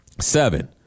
Seven